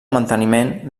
manteniment